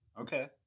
Okay